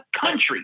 country